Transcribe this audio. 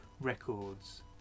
records